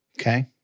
okay